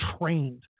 trained